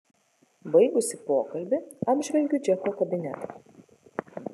baigusi pokalbį apžvelgiu džeko kabinetą